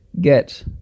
Get